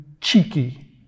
cheeky